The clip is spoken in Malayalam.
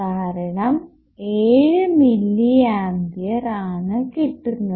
കാരണം 7 മില്ലി ആംപിയർ ആണ് കിട്ടുന്നത്